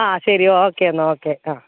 ആ ശരി ഓക്കെ എന്നാൽ ഓക്കെ ആ